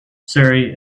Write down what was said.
surrey